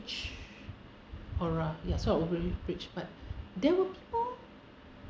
or uh ya a sort of overhead bridge but they were people